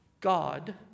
God